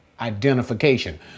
identification